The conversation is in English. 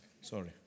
sorry